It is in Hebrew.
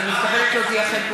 הנני מתכבדת להודיעכם,